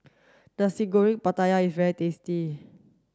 Nasi Goreng Pattaya is very tasty